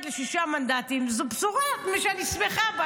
לשישה מנדטים זה בשורה שאני שמחה בה,